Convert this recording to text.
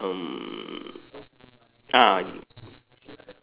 um ah